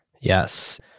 Yes